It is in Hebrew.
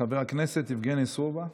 חבר הכנסת יבגני סובה,